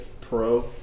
Pro